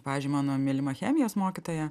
pavyzdžiui mano mylima chemijos mokytoja